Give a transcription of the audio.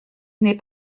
n’aie